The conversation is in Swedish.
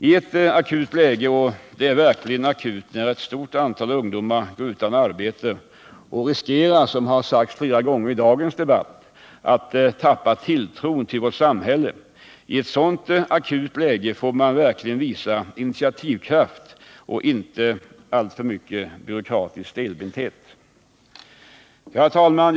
I ett akut läge — och det är verkligen akut när ett stort antal ungdomar går utan arbete och riskerar, som har sagts flera gånger i dagens debatt, att tappa tilltron till vårt samhälle — får man verkligen visa initiativkraft och inte alltför mycket byråkratisk stelbenthet. Herr talman!